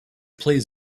plays